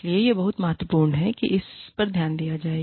इसलिए यह बहुत महत्वपूर्ण है कि इस पर ध्यान दिया जाए